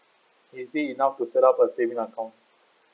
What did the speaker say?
is he enough to set up a saving account